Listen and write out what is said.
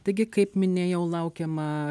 taigi kaip minėjau laukiama